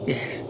Yes